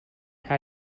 how